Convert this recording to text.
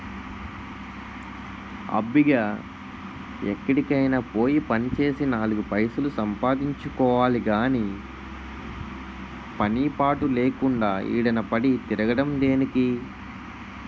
అబ్బిగా ఎక్కడికైనా పోయి పనిచేసి నాలుగు పైసలు సంపాదించుకోవాలి గాని పని పాటు లేకుండా ఈదిన పడి తిరగడం దేనికి?